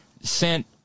sent